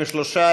43,